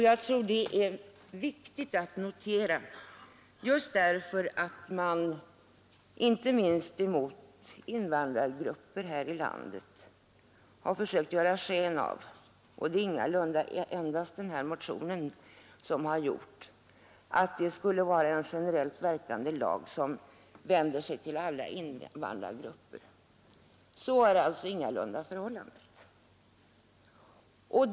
Jag tror att det är viktigt att notera detta just därför att det finns de som gentemot invandrargrupper här i landet har försökt ge sken av — det är ingalunda endast den här motionen som har gjort det — att lagen skulle vara generellt verkande och vända sig mot alla invandrare. Så är alltså ingalunda fallet.